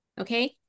okay